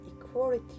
equality